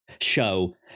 show